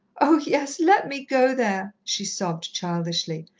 oh, yes, let me go there, she sobbed childishly.